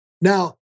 now